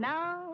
Now